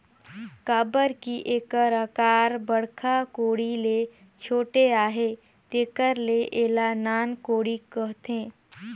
काबर कि एकर अकार बड़खा कोड़ी ले छोटे अहे तेकर ले एला नान कोड़ी कहथे